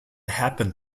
happened